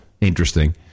Interesting